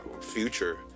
future